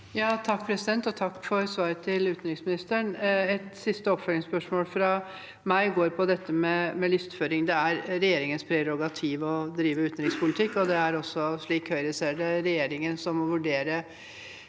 (H) Takk for svaret til utenriksministeren. Et siste oppfølgingsspørsmål fra meg går på dette med listeføring. Det er regjeringens prerogativ å drive utenrikspolitikk. Det er også, slik Høyre ser det, regjeringen som må vurdere